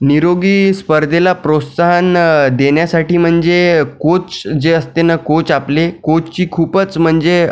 निरोगी स्पर्धेला प्रोत्साहन देण्यासाठी म्हणजे कोच जे असते ना कोच आपले कोचची खूपच म्हणजे